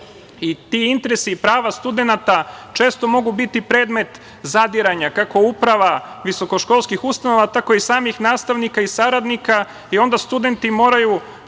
ti interesi i prava studenata često mogu biti predmet zadiranja, kako uprava visoko školskih ustanova, tako i samih nastavnika i saradnika i onda studenti moraju